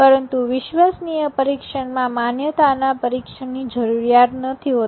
પરંતુ વિશ્વસનીય પરીક્ષણમાં માન્યતાના પરિક્ષણની જરૂરીયાત નથી હોતી